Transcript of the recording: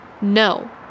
No